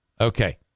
Okay